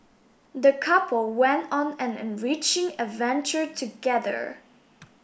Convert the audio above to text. the couple went on an enriching adventure together